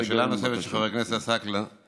לשאלה הנוספת של חבר הכנסת עסאקלה,